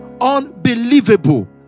unbelievable